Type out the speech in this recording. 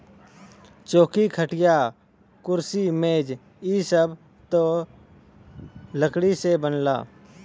चौकी, खटिया, कुर्सी मेज इ सब त लकड़ी से बनला